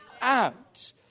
out